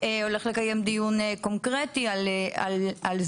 הולך לקיים דיון קונקרטי על זה,